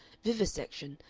vivisection,